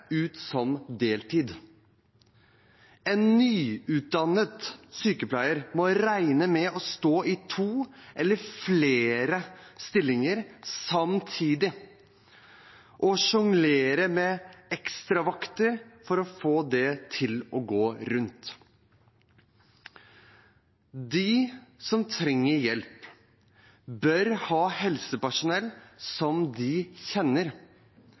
ut som deltid. En nyutdannet sykepleier må regne med å stå i to eller flere stillinger samtidig og sjonglere med ekstravakter for å få det til å gå rundt. De som trenger hjelp, bør ha helsepersonell som de kjenner.